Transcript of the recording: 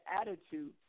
attitude